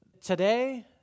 today